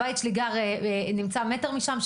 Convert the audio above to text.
הבית של ההורים שלי נמצא מטר משם,